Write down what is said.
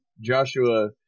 Joshua